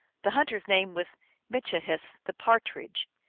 the hunter s name was mitchihess, the partridge.